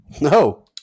No